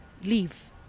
leave